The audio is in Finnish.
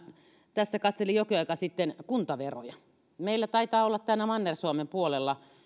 tässä katselin jokin aika sitten kuntaveroja ja meillä taitaa olla täällä manner suomen puolella